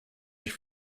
ich